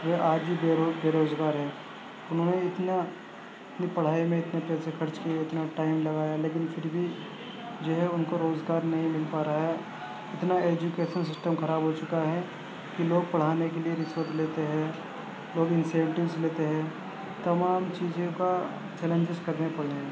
وہ آج بھی بےروزگار ہیں انہوں نے اتنا اپنے پڑھائی میں اتنے پیسے خرچ کیے اتنا ٹائم لگایا لیکن پھر بھی جو ہے ان کو روزگار نہیں مل پا رہا ہے اتنا ایجوکیسن سسٹم خراب ہو چکا ہے کہ لوگ پڑھانے کے لیے رشوت لیتے ہیں لوگ ان سے ٹپس لیتے ہیں تمام چیزوں کا چیلنجز کرنے پڑے ہیں